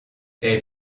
elles